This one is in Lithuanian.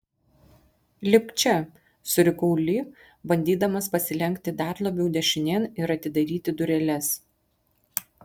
lipk čia surikau li bandydamas pasilenkti dar labiau dešinėn ir atidaryti dureles